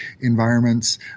environments